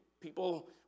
People